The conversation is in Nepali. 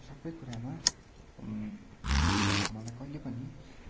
सबै कुरामा मलाई कहिले पनि